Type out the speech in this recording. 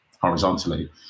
horizontally